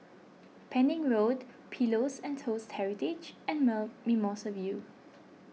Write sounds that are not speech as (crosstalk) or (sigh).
Pending Road Pillows and Toast Heritage and (unintelligible) Mimosa View